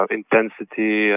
intensity